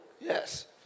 Yes